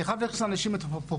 אני חייב להכניס אנשים לפרופורציה.